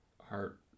heart